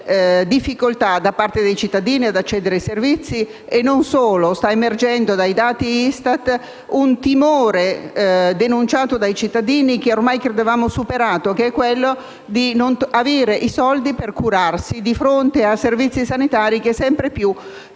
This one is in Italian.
difficoltà da parte dei cittadini ad accedere ai servizi. E non solo, ma sta anche emergendo dai dati ISTAT il timore da essi denunciato, che ormai credevamo superato, di non avere i soldi per curarsi di fronte a servizi sanitari che, sempre più,